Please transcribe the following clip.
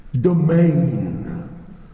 domain